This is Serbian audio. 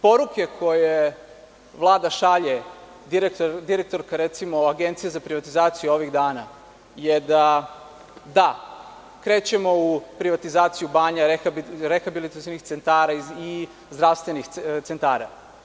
Poruke koje Vlada šalje, recimo direktorka Agencije za privatizaciju, da krećemo u privatizaciju banja, rehabilitacionih centara i zdravstvenih centara.